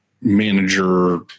manager